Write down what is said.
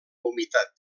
humitat